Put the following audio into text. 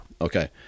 Okay